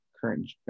current